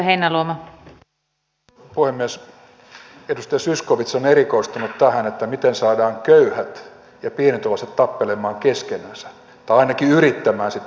edustaja zyskowicz on erikoistunut tähän miten saadaan köyhät ja pienituloiset tappelemaan keskenänsä tai ainakin yrittämään sitä